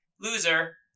Loser